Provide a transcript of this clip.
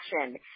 action